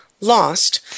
lost